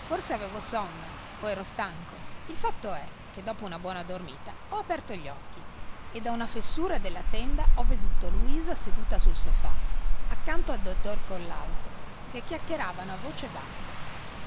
forse avevo sonno o ero stanco il fatto è che dopo una buona dormita ho aperto gli occhi e da una fessura della tenda ho veduto luisa seduta sul sofà accanto al dottor collalto che chiacchieravano a voce bassa